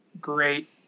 Great